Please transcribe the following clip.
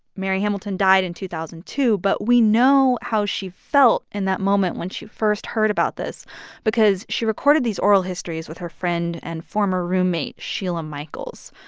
mary hamilton died in two thousand and two, but we know how she felt in that moment when she first heard about this because she recorded these oral histories with her friend and former roommate, sheila michaels.